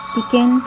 begin